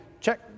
Check